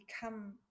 become